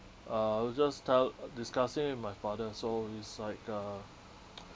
uh I will just tell uh discussing with my father so it's like uh